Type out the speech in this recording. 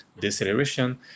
deceleration